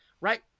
right